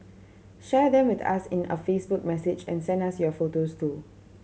share them with us in a Facebook message and send us your photos too